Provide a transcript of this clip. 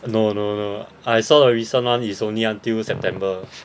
no no no I saw the recent one is only until september